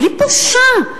בלי בושה,